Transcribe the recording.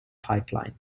pipeline